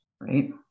Right